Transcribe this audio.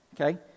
okay